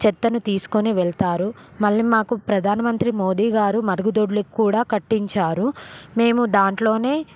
చెత్తను తీసుకొని వెళతారు మళ్ళీ మాకు ప్రధానమంత్రి మోదీగారు మరుగుదొడ్లుక్కూడా కట్టించారు మేము దాంట్లోనే